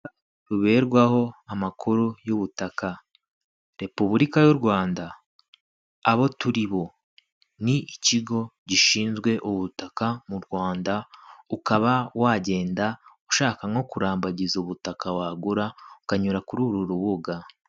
Ruberwaho amakuru y'ubutaka repubulika y'u Rwanda abo turi bo ni ikigo gishinzwe ubutaka mu Rwanda ukaba wagenda ushaka nko kurambagiza ubutaka wagura ukanyura kuri uru rubuga.